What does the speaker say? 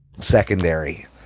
secondary